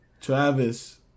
Travis